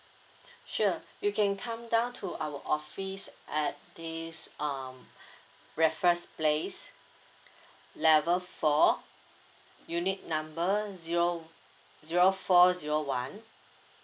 sure you can come down to our office at this um raffles place level four unit number zero zero four zero one